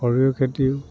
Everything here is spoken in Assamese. সৰিয়হ খেতিও